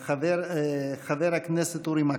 חבר הכנסת אורי מקלב.